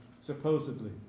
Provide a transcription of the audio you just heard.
supposedly